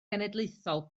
genedlaethol